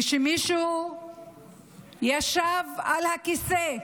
כשמי שישב על הכיסא,